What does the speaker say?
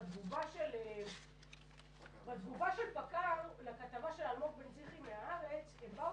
בתגובה של פקע"ר לכתבה של אלמוג בן זכרי מ"הארץ" הם באו